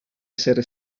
essere